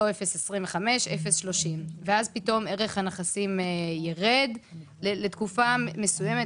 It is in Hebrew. לא 0.25% אלא 0.30% - ואז ערך הנכסים יירד לתקופה מסוימת.